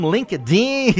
LinkedIn